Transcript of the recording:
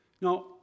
Now